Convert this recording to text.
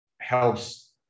helps